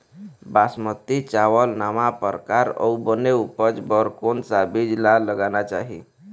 बासमती चावल नावा परकार अऊ बने उपज बर कोन सा बीज ला लगाना चाही?